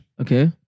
Okay